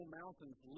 mountains